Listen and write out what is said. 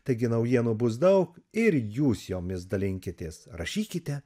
taigi naujienų bus daug ir jūs jomis dalinkitės rašykite